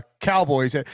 cowboys